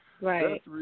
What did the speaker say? Right